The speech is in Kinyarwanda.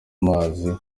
amazi